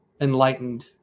enlightened